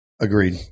Agreed